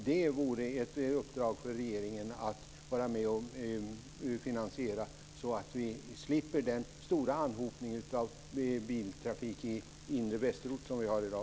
Det vore ett uppdrag för regeringen att vara med och finansiera, så att vi slipper den stora anhopning av biltrafik i inre Västerort som finns i dag.